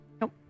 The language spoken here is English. Nope